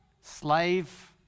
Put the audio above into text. slave